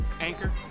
Anchor